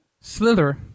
Slither